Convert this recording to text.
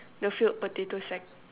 the filled potato sack